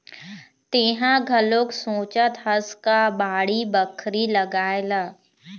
तेंहा घलोक सोचत हस का बाड़ी बखरी लगाए ला?